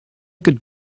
could